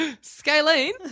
Scalene